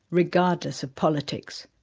regardless of politics,